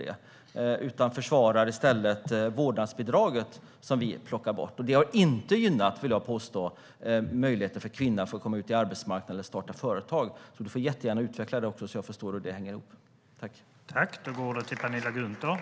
De försvarar i stället vårdnadsbidraget, som vi tar bort. Vårdnadsbidraget har inte, vågar jag påstå, gynnat möjligheten för kvinnor att komma ut på arbetsmarknaden eller att starta företag. Du får jättegärna utveckla detta, Penilla Gunther, så att jag förstår hur det hänger ihop.